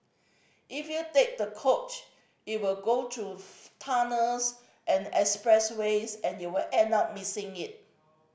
if you take the coach it will go through tunnels and expressways and you'll end up missing it